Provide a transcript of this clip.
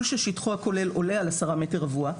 ששטחו הכולל עולה על 10 מטרים רבועים,